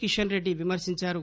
కిషన్ రెడ్డి విమర్శించారు